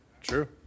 true